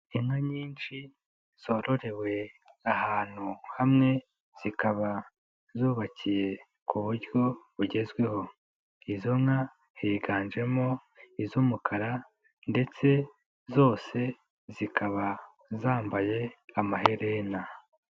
Inka nyinshi zororewe ahantu hamwe, zikaba zubakiye ku buryo bugezweho. Izo nka higanjemo iz'umukara ndetse zose zikaba zambaye amaherena.